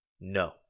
No